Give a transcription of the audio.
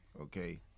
Okay